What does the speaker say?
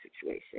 situation